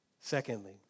Secondly